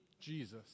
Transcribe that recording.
Jesus